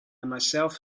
myself